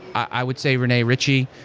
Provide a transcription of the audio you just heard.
i would say rene ritchie.